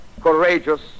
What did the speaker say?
courageous